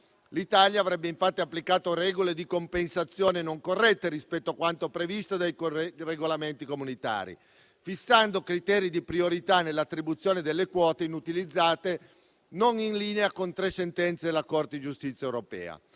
l’Italia avrebbe infatti applicato regole di compensazione non corrette rispetto a quanto previsto dai regolamenti comunitari, fissando criteri di priorità nell’attribuzione delle quote inutilizzate, non in linea con tre sentenze della Corte di giustizia europea.